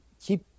keep